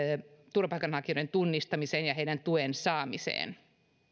turvapaikanhakijoiden tunnistamiseen ja tuen saamiseen